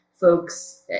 folks